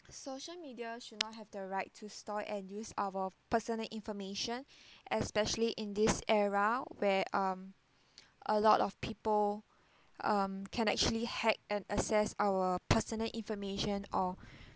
social media should not have the right to store and use our personal information especially in this era where um a lot of people um can actually hack and access our personal information or